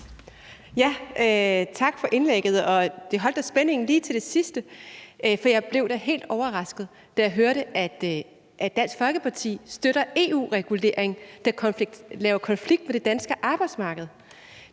Tak for indlægget, og man holdt da spændingen lige til sidste. For jeg blev da helt overrasket, da jeg hørte, at Dansk Folkeparti støtter EU-regulering, der kommer i konflikt med det danske arbejdsmarked.